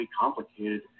complicated